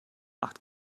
acht